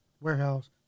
warehouse